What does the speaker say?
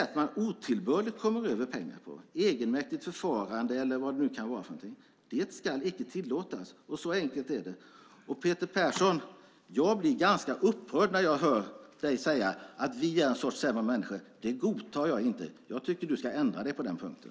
Att otillbörligt komma över pengar, genom egenmäktigt förfarande eller vad det nu kan vara för någonting, ska icke tillåtas. Så enkelt är det. Peter Persson! Jag blir ganska upprörd när jag hör dig säga att vi är en sämre sortens människor. Det godtar inte jag. Jag tycker att du ska ändra dig på den punkten.